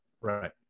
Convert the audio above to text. right